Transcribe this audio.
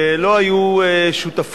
לא היו שותפות